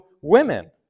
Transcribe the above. women